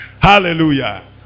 Hallelujah